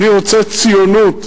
אני רוצה ציונות.